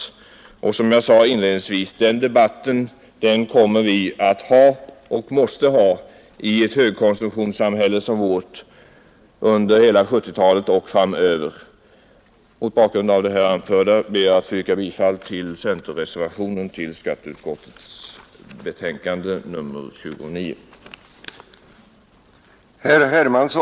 I ett högkonsumtionssamhälle som vårt — något som jag inledningsvis framhöll — kommer vi att ha och måste vi ha den debatten under hela 1970-talet och framöver. Mot bakgrund av det anförda ber jag, herr talman, att få yrka bifall till reservationen 2 vid skatteutskottets betänkande nr 29.